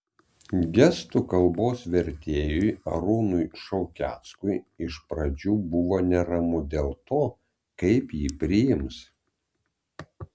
gestų kalbos vertėjui arūnui šaukeckui iš pradžių būdavo neramu dėl to kaip jį priims